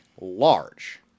large